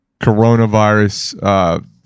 coronavirus